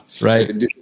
right